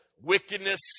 wickedness